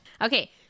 Okay